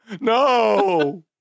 no